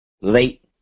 late